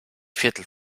viertel